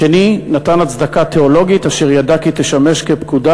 השני נתן הצדקה תיאולוגית אשר ידע כי תשמש כפקודה